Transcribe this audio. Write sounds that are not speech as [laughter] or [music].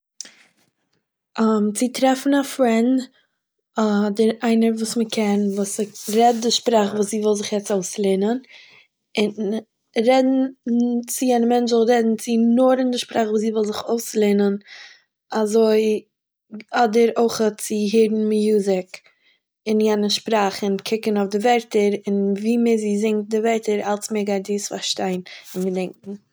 [hesitation] צו טרעפן א פרענד אדער איינער וואס מ'קען וואס רעדט דער שפראך וואס זי וויל זיך יעצט אויסלערנען, און רעדן צו- יענער מענטש זאל רעדן צו איר נאר אין די שפראך וואס זי וויל זיך אויסלערנען אזוי, אדער אויכ'עט צו הערן מיוזיק אין יענע שפראך און קוקן אויף די ווערטער און ווי מער זי זינגט די ווערטער - אלץ מער גייט זי עס פארשטיין און געדענקען